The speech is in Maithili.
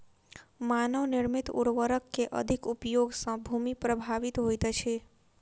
मानव निर्मित उर्वरक के अधिक उपयोग सॅ भूमि प्रभावित होइत अछि